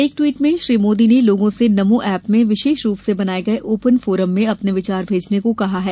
एक ट्वीट में श्री मोदी ने लोगों से नमो ऐप में विशेष रूप से बनाये गये ओपन फोरम में अपने विचार भेजने को कहा है